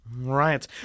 Right